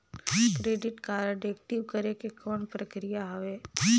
Credit card active करे के कौन प्रक्रिया हवे?